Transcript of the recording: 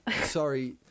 Sorry